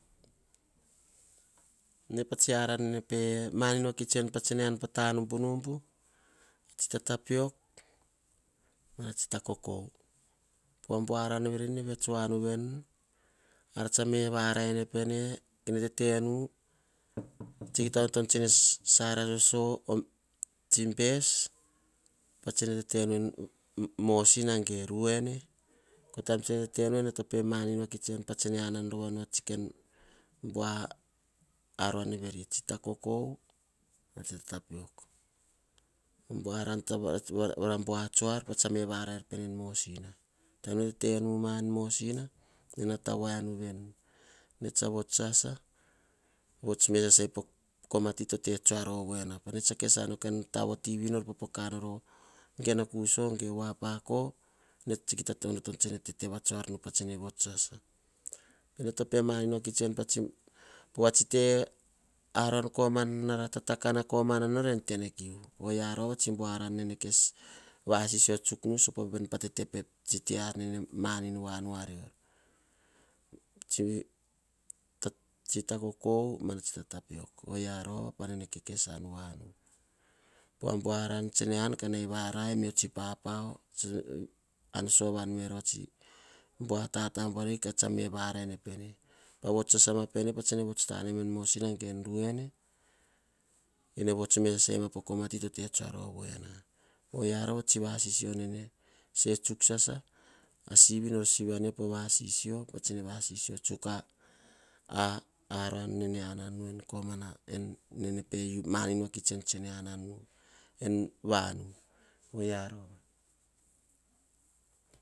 Ene a tsia aran nene pe manion enu. Pah an tsi tata piok a tsi takoko. Abua ran vere nu tsa me varaier pene. Kiha ohotonu tsene sara soso obes, patsene tetenu en mosina ge en ruene pa tsene tetenu kah pemanin vakits enu pa an ah bua ran buar veri. Buaran va ra bua esh tsa me barai er pene en mosina. Ene tsa sasa poh koma ti to te esh. Ovoina ene patsene kes an ah kain aran vivo vuapako. Ene tsa kita to esh nu. Po va tsi aran komana nara tatakana komana nore tene kiu. Ovia rova atsi bua aran nene kes vasisio tsuk nu pah ar nene manin vuanu rior, tsi tata piok tsi takoko. Oyia rova ar rovakora nene kes an voanu. Pova bua kan tse an kah nau varai me oh tsi papapao. An sovan merova a tsi bua tabuanavi tsa me varai pene vuts sasama pene en. Mosina ge ruene tse ne vut mei sasai ma monor komati tote esk ovoina. Oyia rova tsi vasisio tsu ah tsi aran nene ananu ge pemanin enu tsene ananu en vanu.